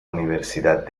universidad